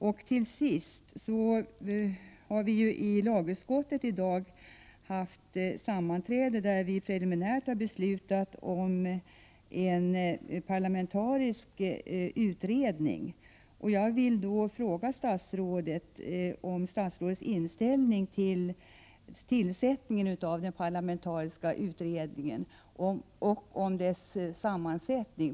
I lagutskottet har vi i dag haft ett sammanträde där vi preliminärt har beslutat om en parlamentarisk utredning. Jag vill fråga statsrådet vilken inställning statsrådet har när det gäller tillsättningen av den parlamentariska utredningen och om dess sammansättning.